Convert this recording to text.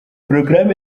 porogaramu